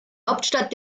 hauptstadt